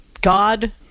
God